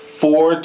four